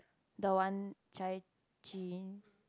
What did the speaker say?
the one Chai-Chee